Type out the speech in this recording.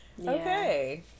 Okay